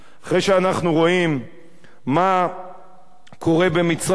אחרי שאנחנו רואים מה קורה במצרים,